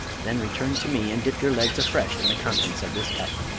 then return to me and dip you legs afresh in the contents of this cup.